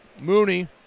Mooney